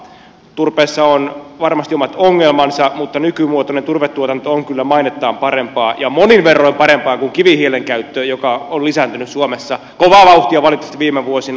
turpeessa on varmasti omat ongelmansa mutta nykymuotoinen turvetuotanto on kyllä mainettaan parempaa ja monin verroin parempaa kuin kivihiilen käyttö joka on lisääntynyt suomessa kovaa vauhtia valitettavasti viime vuosina